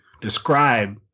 describe